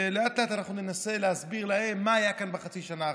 ולאט-לאט אנחנו ננסה להסביר להם מה היה כאן בחצי השנה האחרונה.